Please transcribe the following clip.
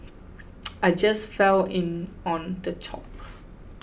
I just fell in on the top